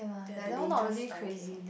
but that that one not really crazy